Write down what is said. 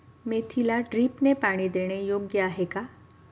मेथीला ड्रिपने पाणी देणे योग्य आहे का?